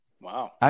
Wow